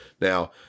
now